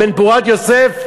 בן פורת יוסף,